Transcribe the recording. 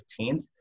15th